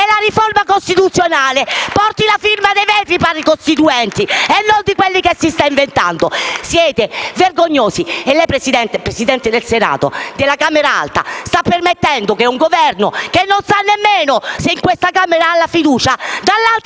La riforma costituzionale dovrebbe inoltre portare la firma dei veri Padri costituenti e non di quelli che si sta inventando! Siete vergognosi. Lei, Presidente del Senato, della Camera alta, sta permettendo che un Governo che non sa nemmeno se in questa Camera ha la fiducia, nell'altro